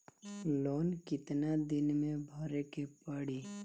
Loan कितना दिन मे भरे के पड़ी?